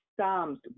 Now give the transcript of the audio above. Psalms